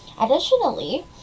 Additionally